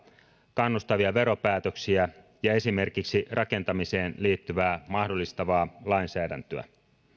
kannustavia veropäätöksiä ja esimerkiksi rakentamiseen liittyvää mahdollistavaa lainsäädäntöä